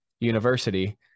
university